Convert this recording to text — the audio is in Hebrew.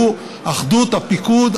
שהוא אחדות הפיקוד,